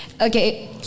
Okay